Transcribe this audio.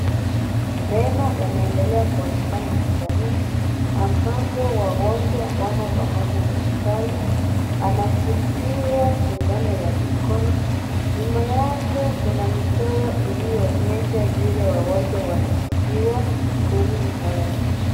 Mema yanaendelea kuonekana hospitalini ambapo wagonjwa wamo pamoja na daktari. Anatibiwa sindano ya mikono ,nyuma yake kuna michoro ikionyesha vile wagonjwa wanatibiwa humu ndani.